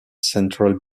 central